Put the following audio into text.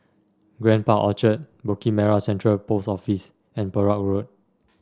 Grand Park Orchard Bukit Merah Central Post Office and Perak Road